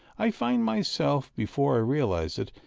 i find myself, before i realize it,